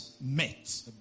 Met